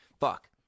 fuck